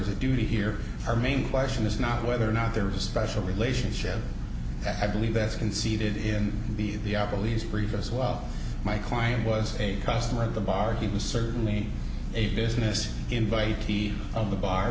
there's a duty here our main question is not whether or not there is a special relationship i believe that's conceded in the the apple lease brief as well my client was a customer of the bar he was certainly a business invite key of the bar